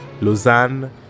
Lausanne